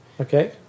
Okay